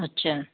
ਅੱਛਾ